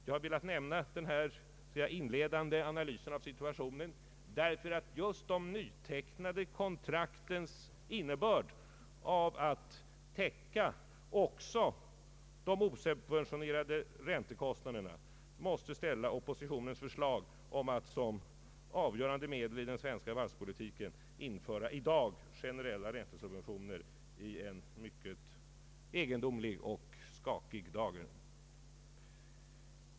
Jag har velat lämna denna inledande analys av situationen därför att just de nytecknade kontraktens innebörd att täcka också de osubventionerade räntekostnaderna måste ställa oppositionens förslag, att som avgörande medel i den svenska varvspolitiken i dag införa generella räntesubventioner, i en mycket egendomlig dager.